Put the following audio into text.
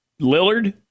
Lillard